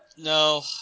No